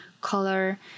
color